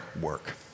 work